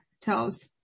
tells